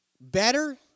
better